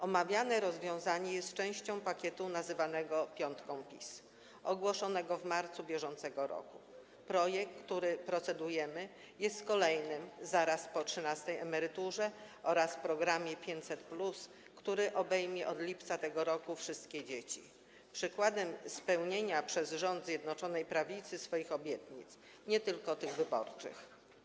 Omawiane rozwiązanie jest częścią pakietu nazywanego piątką PiS, ogłoszonego w marcu br. Projekt, nad którym procedujemy, jest kolejnym, zaraz po trzynastej emeryturze oraz programie 500+, który obejmie od lipca tego roku wszystkie dzieci przykładem spełniania przez rząd Zjednoczonej Prawicy swoich obietnic, nie tylko tych wyborczych.